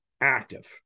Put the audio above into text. active